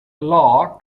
law